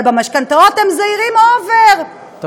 אבל במשכנתאות הם אובר-זהירים,